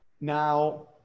Now